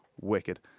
Wicked